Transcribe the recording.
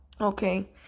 okay